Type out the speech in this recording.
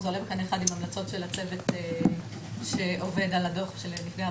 זה עולה בקנה אחד עם המלצות הצוות שעובד על הדוח של נפגעי